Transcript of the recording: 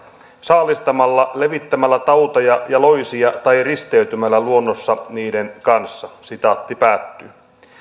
saalistamalla levittämällä tauteja ja loisia tai risteytymällä luonnossa niiden kanssa